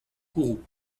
kourou